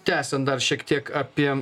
tęsiant dar šiek tiek apie